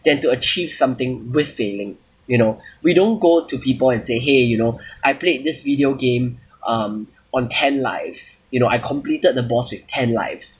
than to achieve something with failing you know we don't go to people and say !hey! you know I played this video game um on ten lives you know I completed the boss with ten lives